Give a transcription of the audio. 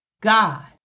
God